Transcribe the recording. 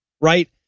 right